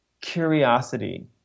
curiosity